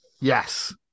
Yes